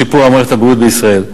בשיפור מערכת הבריאות בישראל.